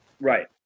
Right